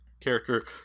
character